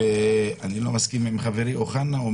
אני לא מסכים עם חברי אוחנה,